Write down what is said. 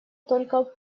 только